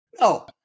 no